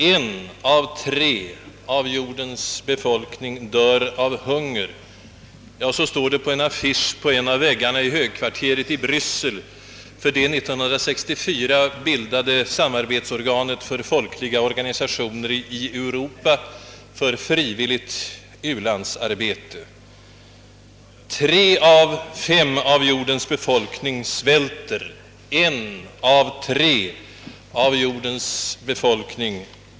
En av tre av jordens befolkning dör av hunger.» Så står det på en affisch på en av väggarna i högkvarteret i Bryssel för det år 1964 bildade samarbetsorganet för folkliga organisationer i Europa för frivilligt u-landsarbete.